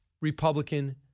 Republican